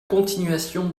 continuation